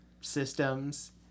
systems